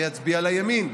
ויצביע לימין.